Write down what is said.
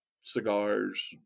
cigars